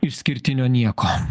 išskirtinio nieko